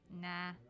Nah